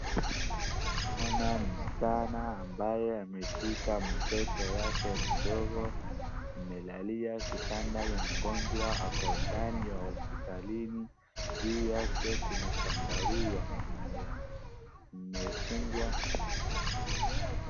Msichana ambaye ameshika mtoto yake mdogo. Amelalia kitanda ya mgonjwa. Ako ndani ya hospitalini. Juu yake kuna shandarua imefungwa.